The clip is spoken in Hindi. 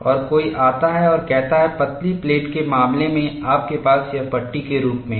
और कोई आता है और कहता है पतली प्लेट के मामले में आपके पास यह पट्टी के रूप में है